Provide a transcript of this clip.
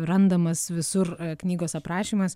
randamas visur knygos aprašymas